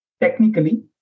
Technically